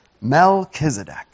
Melchizedek